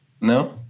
no